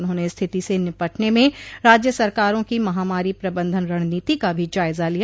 उन्होंने स्थिति से निपटने में राज्य सरकारों की महामारी प्रबंधन रणनीति का भी जायजा लिया